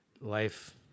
life